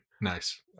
Nice